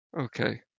Okay